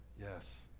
Yes